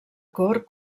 cort